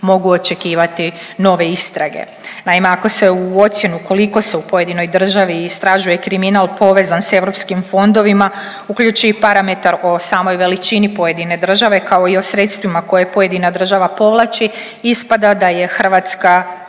mogu očekivati nove istrage. Naime, ako se u ocjenu koliko se u pojedinoj državi istražuje kriminal povezan s europskim fondovima uključi i parametar o samoj veličini pojedine države kao i o sredstvima koje pojedina država povlači ispada da je Hrvatska